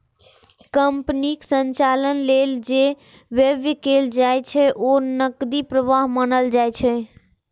कंपनीक संचालन लेल जे व्यय कैल जाइ छै, ओ नकदी प्रवाह मानल जाइ छै